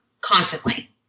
constantly